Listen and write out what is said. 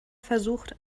versucht